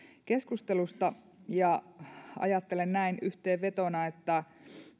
keskustelusta ajattelen näin yhteenvetona että